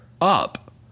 up